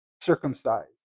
circumcised